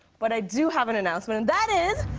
but i do have an announcement, and that is